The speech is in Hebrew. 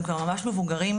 הם כבר ממש מבוגרים,